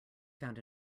found